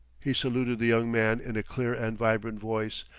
he saluted the young man in a clear and vibrant voice,